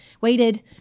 waited